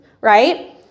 right